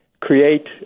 create